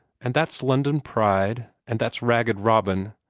and that's london pride, and that's ragged robin.